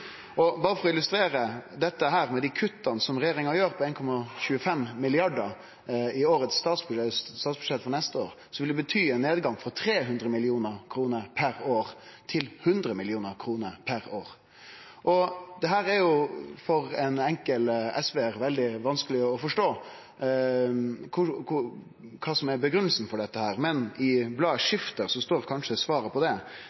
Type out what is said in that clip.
Berre for å illustrere dette med dei kutta som regjeringa gjer, på 1,25 mrd. kr i statsbudsjettet for neste år, vil det bety ein nedgang frå 300 mill. kr per år til 100 mill. kr per år. Det er for ein enkel SV-ar veldig vanskeleg å forstå kva som er grunngivinga for dette, men i nettavisa Shifter står kanskje svaret på det,